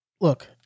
look